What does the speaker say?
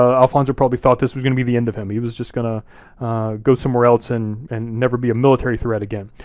ah alfonso probably thought this was gonna be the end of him. he was just gonna go somewhere else and and never be a military threat again.